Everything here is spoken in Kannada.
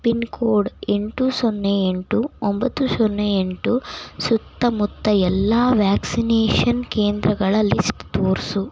ಪಿನ್ ಕೋಡ್ ಎಂಟು ಸೊನ್ನೆ ಎಂಟು ಒಂಬತ್ತು ಸೊನ್ನೆ ಎಂಟು ಸುತ್ತಮುತ್ತ ಎಲ್ಲ ವ್ಯಾಕ್ಸಿನೇಷನ್ ಕೇಂದ್ರಗಳ ಲಿಸ್ಟ್ ತೋರಿಸು